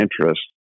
interest